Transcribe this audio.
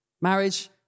Marriage